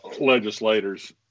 legislators